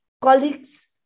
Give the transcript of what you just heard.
Colleagues